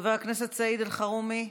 חבר הכנסת סעיד אלחרומי,